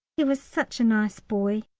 he was such a nice boy.